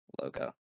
logo